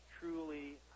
truly